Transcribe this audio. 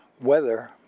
weather